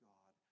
God